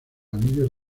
anillos